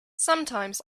sometimes